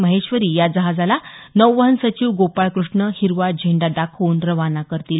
महेश्वरी या जहाजाला नौवहन सचिव गोपाळ कृष्ण हिरवा झेंडा दाखवून रवाना करतील